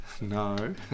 No